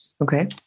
okay